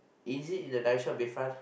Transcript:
is it in the direction of Bayfront